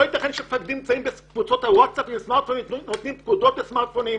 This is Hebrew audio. לא ייתכן שמפקדים נמצאים בקבוצות הווטסאפ ונותנים פקודות בסמרטפונים.